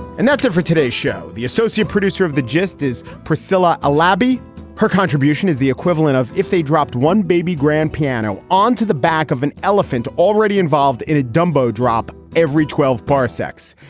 and that's it for today's show. the associate producer of the gist is priscilla like lrb. her contribution is the equivalent of if they dropped one baby grand piano onto the back of an elephant already involved in a dumbo drop every twelve parsecs.